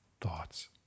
thoughts